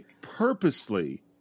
purposely